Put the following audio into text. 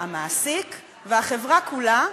המעסיק והחברה כולה,